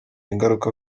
ingaruka